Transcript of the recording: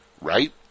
right